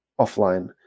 offline